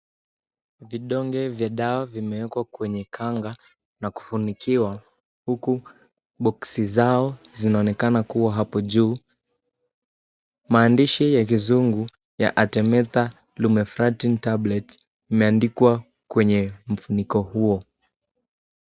Vidonge vya dawa vimewekwa kwenye kanga na kufunikiwa huku boksi zao zinaonekana kuwa hapo juu. Maandishi ya kizungu ya Artemether lumefantrine tablets imeandikwa kwenye mfuniko huo.